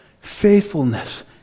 faithfulness